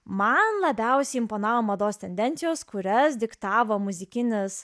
man labiausiai imponavo mados tendencijos kurias diktavo muzikinės